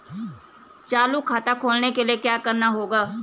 चालू खाता खोलने के लिए क्या करना होगा?